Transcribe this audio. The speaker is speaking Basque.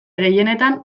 gehienetan